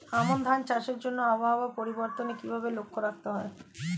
আমন ধান চাষের জন্য আবহাওয়া পরিবর্তনের কিভাবে লক্ষ্য রাখতে হয়?